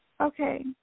Okay